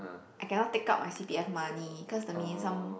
I cannot take out my c_p_f money cause the minimum sum